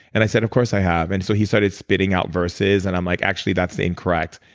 and i said, of course, i have. and so he started spitting out verses and i'm like, actually, that's incorrect.